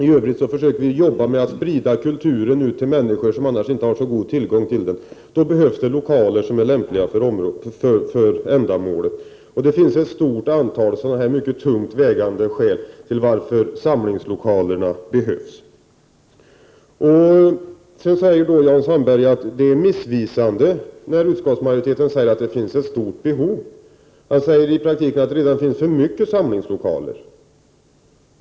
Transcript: I övrigt försöker vi sprida kulturen ut till de människor som annars inte har så stor tillgång till den. Då behövs det lokaler som är lämpliga för ändamålet. Och det finns ett stort antal mycket tungt vägande skäl till att samlingslokalerna behövs. Sedan säger Jan Sandberg att det som utskottsmajoriteten anför om att det finns ett stort behov av samlingslokaler är missvisande. Han säger i praktiken att det redan finns för många samlingslokaler.